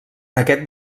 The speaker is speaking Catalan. aquest